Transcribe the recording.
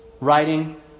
writing